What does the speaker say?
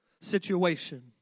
situation